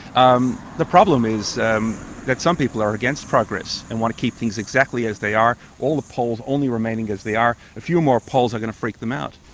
um the problem is that some people are against progress and want to keep things exactly as they are, all the poles only remaining as they are, a few more poles are going to freak them out.